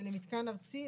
אלא מתקן ארצי.